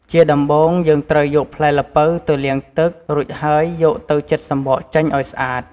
ជាដំបូងយើងត្រូវយកផ្លែល្ពៅទៅលាងទឹក រួចហើយយកទៅចិតចំបកចេញឱ្យស្អាត។